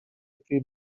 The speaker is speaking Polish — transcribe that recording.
twój